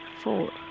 four